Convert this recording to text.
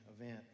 event